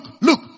look